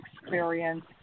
experience